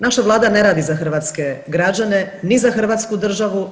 Naša Vlada ne radi za hrvatske građane, ni za hrvatsku državu.